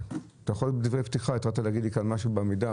התחלת להגיד לי משהו כאן בעמידה.